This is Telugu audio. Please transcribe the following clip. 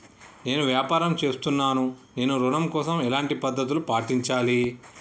నేను వ్యాపారం చేస్తున్నాను నేను ఋణం కోసం ఎలాంటి పద్దతులు పాటించాలి?